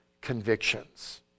convictions